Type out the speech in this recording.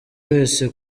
wese